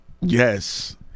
Yes